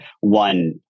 one